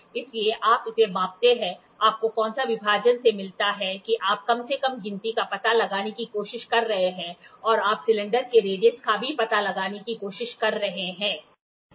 इसलिए आप इसे मापते हैं आपको कौनसा विभाजन से मिलता है कि आप कम से कम गिनती का पता लगाने की कोशिश कर रहे हैं और आप सिलेंडर के रेडियस का भी पता लगाने की कोशिश कर रहे हैं